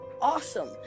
awesome